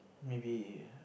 maybe